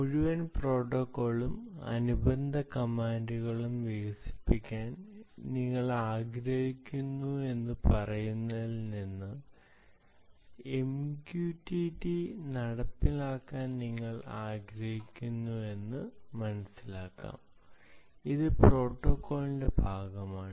മുഴുവൻ പ്രോട്ടോക്കോളും അനുബന്ധ കമാൻഡുകളും വികസിപ്പിക്കാൻ നിങ്ങൾ ആഗ്രഹിക്കുന്നുവെന്ന് പറയുന്നതിൽ നിന്ന് MQTT നടപ്പിലാക്കാൻ നിങ്ങൾ ആഗ്രഹിക്കുന്നുവെന്ന് കരുതുക അത് പ്രോട്ടോക്കോളിന്റെ ഭാഗമാണ്